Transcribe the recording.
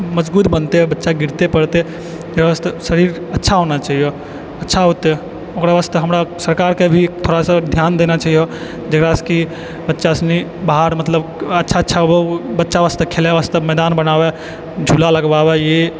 मजगूत बनतै बच्चा गिरतै पड़तै एहि वास्ते शरीर अच्छा होना चाहिओ अच्छा होतै ओकरा वास्ते हमरा सरकारके अभी थोड़ा सा धियान देना चाहिओ जकरासँ कि बच्चा सबनी बाहर मतलब अच्छा अच्छा बच्चा वास्ते खेलै वास्ते मैदान बनाबै झूला लगबाबै